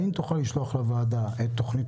האם אתה יכול לשלוח לוועדה את תוכנית